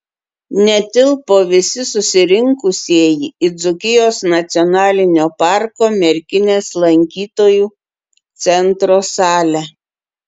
netilpo visi susirinkusieji į dzūkijos nacionalinio parko merkinės lankytojų centro salę